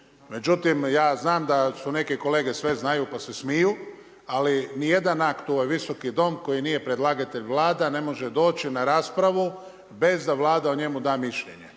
Međutim, ja znam da su neke kolege sve znaju pa se smiju, ali ni jedan akt u ovaj Visoki dom koji nije predlagatelj Vlada ne može doći na raspravu bez da Vlada o njemu da mišljenje.